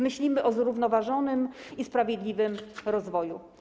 Myślimy o zrównoważonym i sprawiedliwym rozwoju.